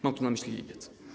Mam tu na myśli lipiec.